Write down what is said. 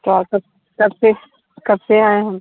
तो आप कब से कब से आएं हम